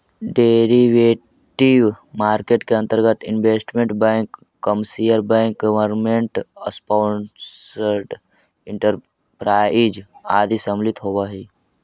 derivative market के अंतर्गत investment bank commercial bank government sponsored enterprises इत्यादि सम्मिलित होवऽ हइ